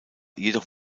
jedoch